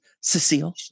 Cecile